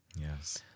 yes